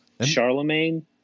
Charlemagne